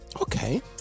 Okay